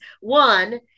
one